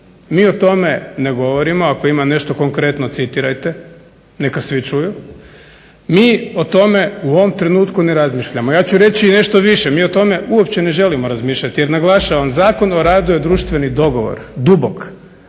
mi o tome ne govorimo. Ako ima nešto konkretno citirajte, neka svi čuju. Mi o tome u ovom trenutku ne razmišljamo. Ja ću reći i nešto više, mi o tome uopće ne želimo razmišljati jer naglašavam, Zakon o radu je društveni dogovor, dubok,